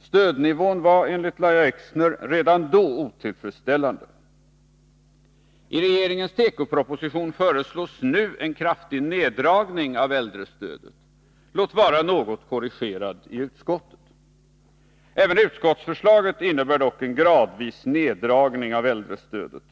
Stödnivån var enligt Lahja Exner redan då otillfredsställande. I regeringens tekoproposition föreslås nu en kraftig neddragning av äldrestödet, låt vara något korrigerad i utskottet. Även utskottsförslaget innebär dock en gradvis neddragning av äldrestödet.